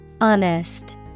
honest